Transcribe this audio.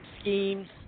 schemes